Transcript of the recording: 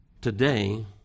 today